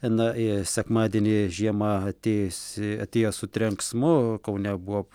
na i sekmadienį žiema atėjusi atėjo su trenksmu kaune buvo